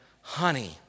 honey